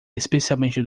especialmente